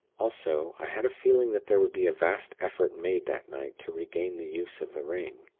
also, i had a feeling that there would be a vast effort made that night to regain the use of the ring.